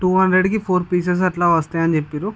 to హండ్రెడ్కి four pieces అట్లా వస్తాయి అని చెప్పిర్రు